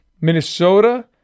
Minnesota